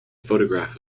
photograph